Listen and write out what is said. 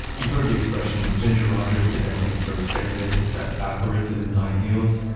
you've heard the expression, ginger rogers did everything fred astaire did, except backwards and in high heels.